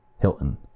Hilton